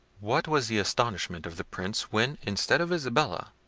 what was the astonishment of the prince when, instead of isabella,